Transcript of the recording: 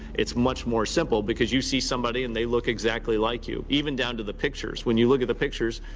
it's much more simple because you see somebody and they look exactly like you, even down to the pictures. when you look at the pictures,